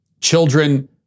Children